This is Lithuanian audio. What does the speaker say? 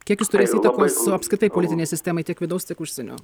kiek jis turės įtakos apskritai politinei sistemai tiek vidaus tiek užsienio